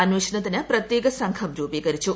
അന്വേഷണത്തിന് പ്രത്യേക സംഘം രൂപീകരിച്ചു